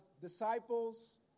disciples